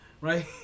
Right